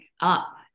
up